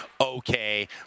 okay